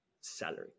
Salary